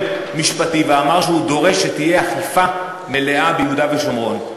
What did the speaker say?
משפטי ואמר שהוא דורש שתהיה אכיפה מלאה ביהודה ושומרון,